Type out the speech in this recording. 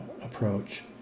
approach